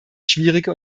schwierige